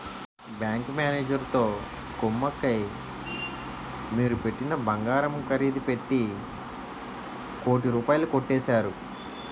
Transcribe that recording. bank మేనేజరుతో కుమ్మక్కై మీరు పెట్టిన బంగారం ఖరీదు పెట్టి కోటి రూపాయలు కొట్టేశారు